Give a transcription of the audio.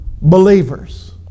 believers